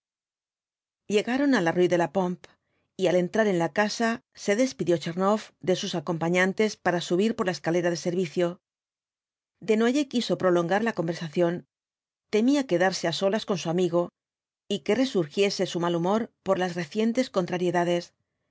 llegaron á la rué de la pompe y al entrar eú la casa se despidió tchernoff de sus acompañantes para subir por la escalera de servicio desnoyers quiso prolongar la conversación temía quedarse á solas con su amigo y que resurgiese su mal humor por las recientes contrariedades